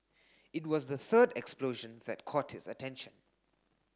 it was the third explosion that caught his attention